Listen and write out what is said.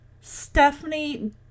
Stephanie